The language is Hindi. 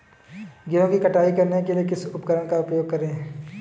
गेहूँ की कटाई करने के लिए किस उपकरण का उपयोग करें?